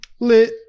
Lit